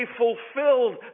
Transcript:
fulfilled